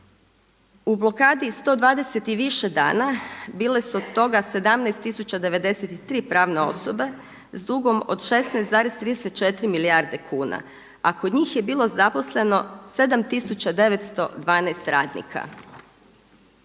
U blokadi 120 i više dana bile su od toga 17093 pravne osobe s dugom od 16,34 milijarde kuna, a kod njih je bilo zaposleno 7912 radnika.